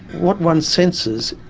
what one senses,